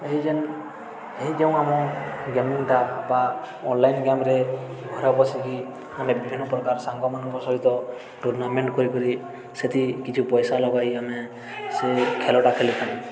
ଏହି ଯେନ୍ ଏହି ଯେଉଁ ଆମ ଗେମିଂଟା ବା ଅନ୍ଲାଇନ୍ ଗେମ୍ରେ ଘରେ ବସିକି ଆମେ ବିଭିନ୍ନପ୍ରକାର ସାଙ୍ଗମାନଙ୍କ ସହିତ ଟୁର୍ଣ୍ଣାମେଣ୍ଟ୍ କରିିକରି ସେଇଠି କିଛି ପଇସା ଲଗାଇ ଆମେ ସେ ଖେଳଟା ଖେଳିଥାଉ